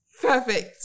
Perfect